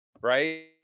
right